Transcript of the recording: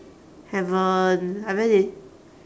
haven't I very la~